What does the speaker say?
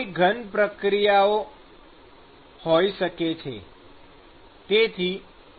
કોઈ ઘન પ્રક્રિયાઓ હોય શકે છે